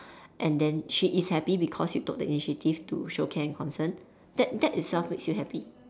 and then she is happy because you took the initiative to show care and concern that that itself makes you happy